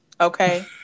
Okay